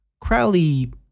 Crowley